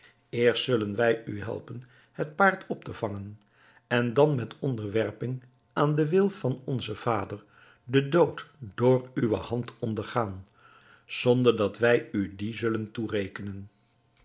eerst zullen wij u helpen het paard op te vangen en dan met onderwerping aan den wil van onzen vader den dood door uwe hand ondergaan zonder dat wij u dien zullen toerekenen